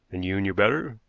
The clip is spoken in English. and you knew better?